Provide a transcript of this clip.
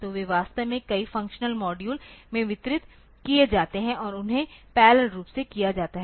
तो वे वास्तव में कई फंक्शनल मॉड्यूल में वितरित किए जाते हैं और उन्हें पैरेलल रूप से किया जाता है